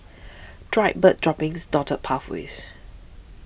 dried bird droppings dotted pathways